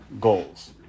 goals